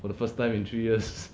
for the first time in three years